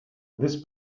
this